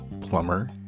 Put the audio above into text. Plumber